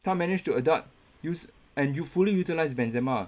他 managed to adapt use and usefully utilise benzema